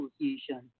Association